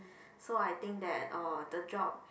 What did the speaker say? so I think that uh the job